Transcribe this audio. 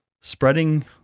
spreading